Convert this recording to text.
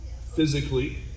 physically